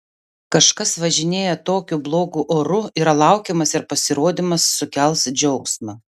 kažkas važinėja tokiu blogu oru yra laukiamas ir pasirodymas sukels džiaugsmą